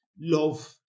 love